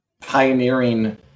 pioneering